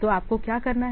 तो आपको क्या करना है